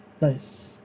Nice